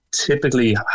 typically